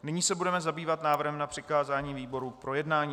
Nyní se budeme zabývat návrhem na přikázání výborům k projednání.